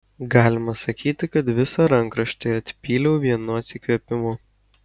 galima sakyti kad visą rankraštį atpyliau vienu atsikvėpimu